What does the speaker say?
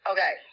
Okay